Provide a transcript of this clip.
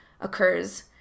occurs